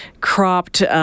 cropped